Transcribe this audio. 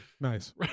Nice